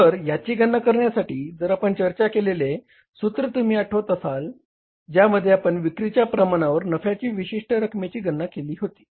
तर याची गणना करण्यासाठी जर आपण चर्चा केलेले सूत्र तुम्ही आठवत असाल ज्यामध्ये आपण विक्रीच्या प्रमाणावर नफ्याच्या विशिष्ट रकमेची गणना केली होती